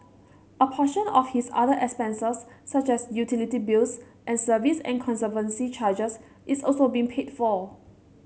a portion of his other expenses such as utility bills and service and conservancy charges is also being paid for